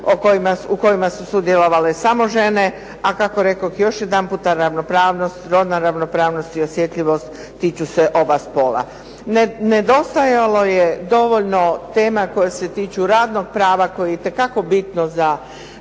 u kojima su sudjelovale samo žene a kako rekoh još jedan put rodna ravnopravnost i osjetljivost tiču se oba spola. Nedostajalo je dovoljno tema koje se tiču radnog prava koje je itekako bitno za